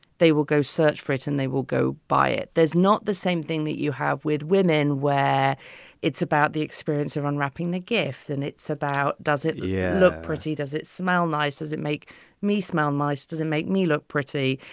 they will go search for it and they will go by it. there's not the same thing that you have with women where it's about the experience of unwrapping the gifts and it's about does it yeah look pretty, does it smell nice? does it make me smell nice? does it make me look pretty?